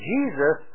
Jesus